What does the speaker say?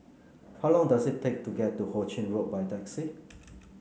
how long does it take to get to Ho Ching Road by taxi